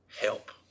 Help